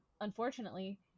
unfortunately